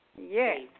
Yes